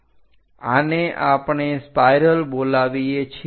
આને આપણે સ્પાઇરલ બોલાવીએ છીએ